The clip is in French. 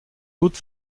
hautes